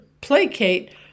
placate